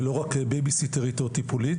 ולא רק בייביסיטרית או טיפולית.